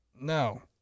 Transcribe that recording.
no